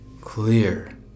clear